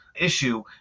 issue